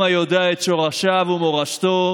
עם היודע את שורשיו ומורשתו,